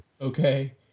okay